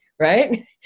right